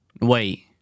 Wait